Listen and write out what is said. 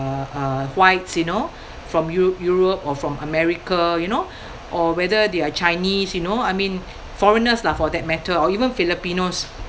uh uh whites you know from eu~ Europe or from America you know or whether they are chinese you know I mean foreigners lah for that matter or even filipinos